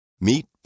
Meet